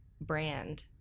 brand